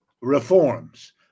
reforms